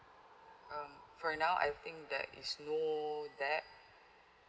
um for now I think there is no debt